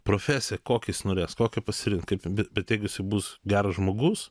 profesiją kokią jis norės kokią pasirinkt kaip bet bet jeigu jisai bus geras žmogus